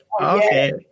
Okay